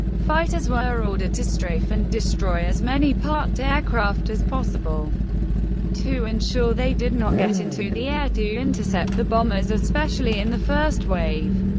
fighters were ordered to strafe and destroy as many parked aircraft as possible to ensure they did not get into the air to intercept the bombers, especially in the first wave.